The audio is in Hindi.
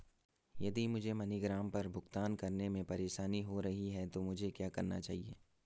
यदि मुझे मनीग्राम पर भुगतान करने में परेशानी हो रही है तो मुझे क्या करना चाहिए?